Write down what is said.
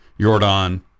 Jordan